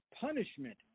punishment